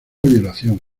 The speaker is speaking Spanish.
violación